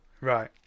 Right